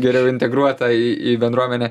geriau integruotą į į bendruomenę